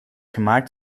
gemaakt